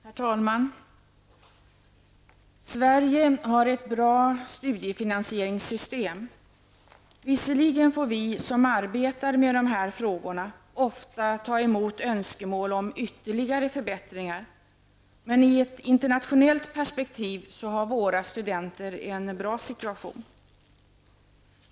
Herr talman! Sverige har ett bra studiefinansieringssystem. Visserligen får vi som arbetar med dessa frågor ofta ta emot önskemål om ytterligare förbättringar, men i ett internationellt perspektiv har våra studenter en bra situation.